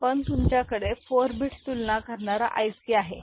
पण तुमच्याकडे 4 bit तुलना करणारा IC आहे